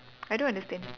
I don't understand